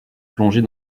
plongée